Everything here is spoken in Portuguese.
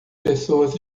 pessoas